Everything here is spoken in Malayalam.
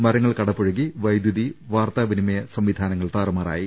മരങ്ങൾ കടപുഴകി വൈദ്യുതി വാർത്താവിനിമയ സംവിധാനങ്ങൾ താറുമാറായി